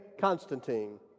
Constantine